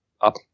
up